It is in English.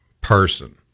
person